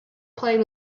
played